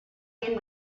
been